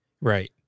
Right